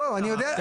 לא, אני יודע.